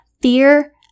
fear